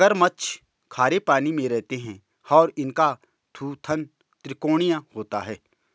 मगरमच्छ खारे पानी में रहते हैं और इनका थूथन त्रिकोणीय होता है